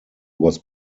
was